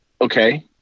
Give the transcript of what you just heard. okay